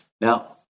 Now